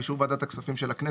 ובאישור ועדת הכספים של הכנסת,